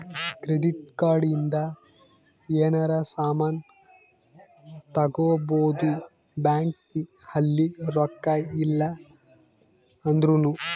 credit card ಇಂದ ಯೆನರ ಸಾಮನ್ ತಗೊಬೊದು ಬ್ಯಾಂಕ್ ಅಲ್ಲಿ ರೊಕ್ಕ ಇಲ್ಲ ಅಂದೃನು